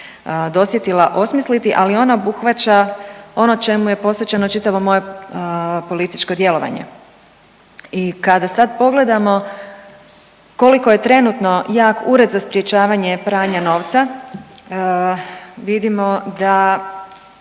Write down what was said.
dosjetila osmisliti, ali ona obuhvaća ono čemu je posvećeno čitavo moje političko djelovanje. I kada sada pogledamo koliko je trenutno jak Ured za sprječavanje pranja novca vidimo da